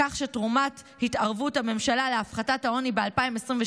כך שתרומת התערבות הממשלה להפחתת העוני ב-2022